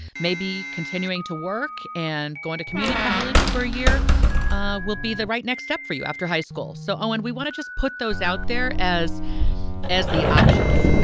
maybe continuing to work and going to community college for a year will be the right next step for you after high school. so when we want to just put those out there as as the options,